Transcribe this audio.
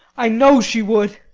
i know she would.